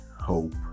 hope